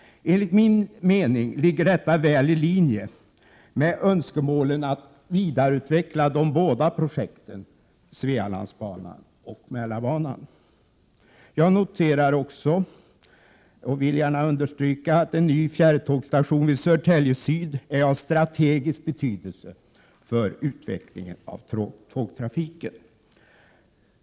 Enligt min mening ligger detta väl i linje med önskemålen att vidareutveckla de båda projekten Svealandsbanan och Mälarbanan. Jag vill gärna understryka att en ny fjärrtågsstation vid Södertälje syd är av strategisk betydelse för utvecklingen av tågtrafiken.